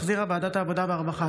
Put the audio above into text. שהחזירה ועדת החוקה,